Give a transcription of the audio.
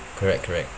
correct correct